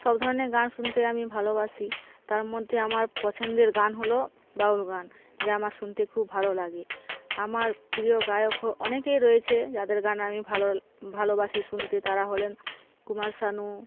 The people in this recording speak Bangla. সব ধরনের গান শুনতেই আমি ভালোবাসি তার মধ্যে আমার পছন্দের গান হল বাউল গান যা আমার শুনতে খুব ভালো লাগে আমার প্রিয় গায়ক হো অনেকেই রয়েছে যাদের গান আমি ভালো ভালোবাসি শুনতে তারা হলেন কুমার শানু